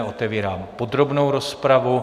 Otevírám podrobnou rozpravu.